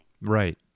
Right